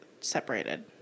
separated